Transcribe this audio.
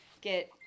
get